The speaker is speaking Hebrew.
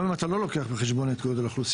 גם אם אתה לא לוקח בחשבון את גודל האוכלוסייה,